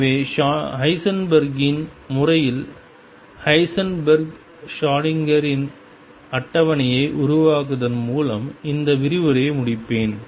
எனவே ஹெய்சன்பெர்க்கின் முறையில் ஹெய்சன்பெர்க் ஷ்ரோடிங்கரின் அட்டவணையை உருவாக்குவதன் மூலம் இந்த விரிவுரையை முடிப்பேன்